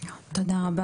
תודה.